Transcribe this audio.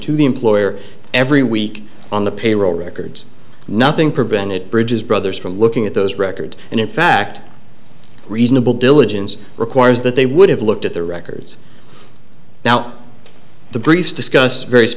to the employer every week on the payroll records nothing prevented bridges brothers from looking at those records and in fact reasonable diligence requires that they would have looked at the records now the briefs discuss various